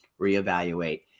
reevaluate